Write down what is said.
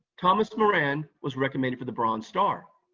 thomas moran was recommended for the bronze star.